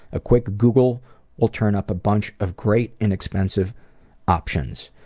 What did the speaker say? a quick google will turn up a bunch of great, inexpensive options.